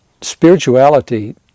spirituality